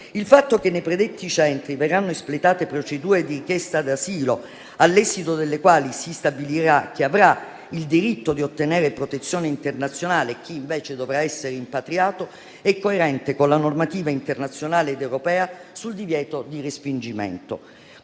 Il fatto che nei predetti centri verranno espletate procedure di richiesta d'asilo, all'esito delle quali si stabilirà chi avrà il diritto di ottenere protezione internazionale e chi invece dovrà essere rimpatriato, è coerente con la normativa internazionale ed europea sul divieto di respingimento.